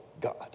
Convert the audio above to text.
God